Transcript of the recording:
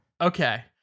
Okay